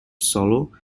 solo